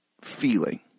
feeling